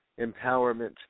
empowerment